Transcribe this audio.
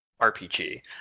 RPG